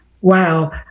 Wow